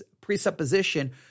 presupposition